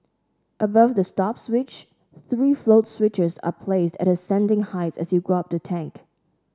above the stop switch three float switches are placed at ascending heights as you go up the tank